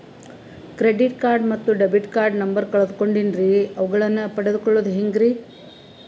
Credit card ಮತ್ತು debit card number ಕಳೆದುಕೊಂಡಿನ್ರಿ ಅವುಗಳನ್ನ ಪಡೆದು ಕೊಳ್ಳೋದು ಹೇಗ್ರಿ?